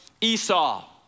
Esau